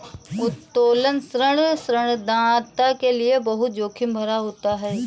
उत्तोलन ऋण ऋणदाता के लये बहुत जोखिम भरा होता है